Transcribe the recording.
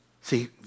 see